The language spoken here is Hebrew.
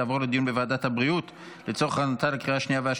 לוועדת הבריאות נתקבלה.